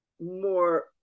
more